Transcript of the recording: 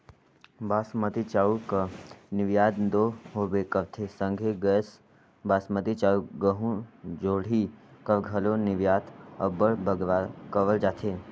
बासमती चाँउर कर निरयात दो होबे करथे संघे गैर बासमती चाउर, गहूँ, जोंढरी कर घलो निरयात अब्बड़ बगरा करल जाथे